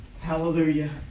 Hallelujah